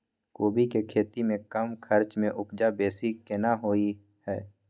कोबी के खेती में कम खर्च में उपजा बेसी केना होय है?